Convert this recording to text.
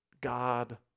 God